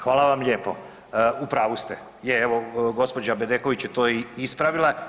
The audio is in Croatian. Hvala vam lijepo, u pravu ste, je evo gospođa Bedeković je to i ispravila.